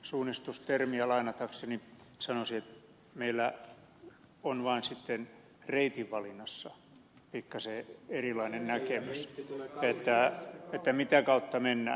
suunnistustermiä lainatakseni sanoisin että meillä on vain reitinvalinnassa pikkasen erilainen näkemys mitä kautta mennään